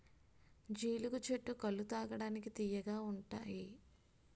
జీలుగు చెట్టు కల్లు తాగడానికి తియ్యగా ఉంతాయి